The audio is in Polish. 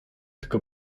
tylko